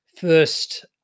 First